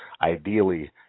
ideally